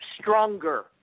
stronger